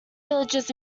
villages